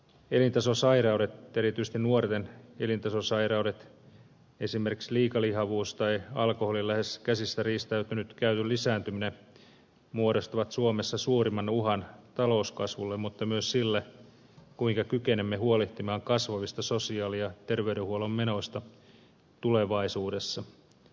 elintasosairaudet erityisesti nuorten elintasosairaudet esimerkiksi liikalihavuus tai alkoholinkäytön lähes käsistä riistäytynyt lisääntyminen muodostavat suomessa suurimman uhan talouskasvulle mutta myös sille kuinka kykenemme huolehtimaan kasvavista sosiaali ja terveydenhuollon menoista tulevaisuudessa